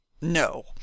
No